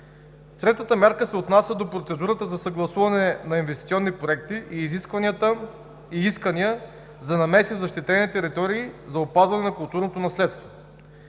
Третата мярка се отнася до процедурата за съгласуване на инвестиционни проекти и искания за намеси в защитените територии за опазване на културното наследство.